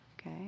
Okay